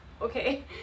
okay